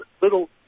little